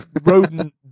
rodent